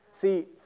See